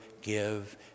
give